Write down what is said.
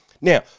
Now